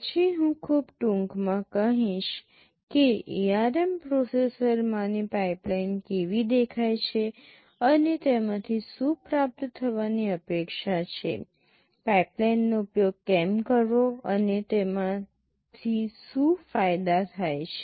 પછી હું ખૂબ ટૂંકમાં કહીશ કે ARM પ્રોસેસરમાંની પાઇપલાઇન કેવી દેખાય છે અને તેમાંથી શું પ્રાપ્ત થવાની અપેક્ષા છે પાઇપલાઇનનો ઉપયોગ કેમ કરવો તમને તેમાંથી શું ફાયદા થાય છે